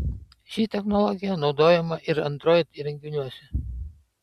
ši technologija naudojama ir android įrenginiuose